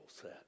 set